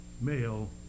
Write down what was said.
Male